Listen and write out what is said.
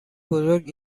بزرگ